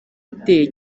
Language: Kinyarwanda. ateye